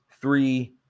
three